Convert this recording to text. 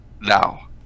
now